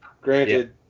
Granted